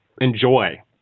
enjoy